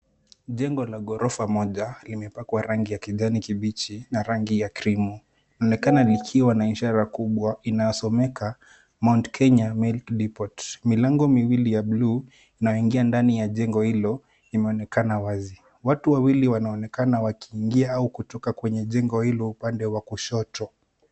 Jengo la ghorofa moja limepakwa rangi ya kijani kibichi na rangi ya krimu. Linaonekana likiwa na ishara kubwa inayosomeka Mt. Kenya Milk Depot. Milango miwili ya bluu inayoingia ndani ya jengo hilo, imeonekana wazi. Watu wawili wanaonekana wakiingia au kutoka kwenye jengo hilo, upande wa kushoto.